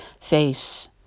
face